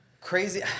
Crazy